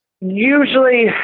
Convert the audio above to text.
Usually